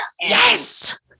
Yes